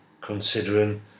considering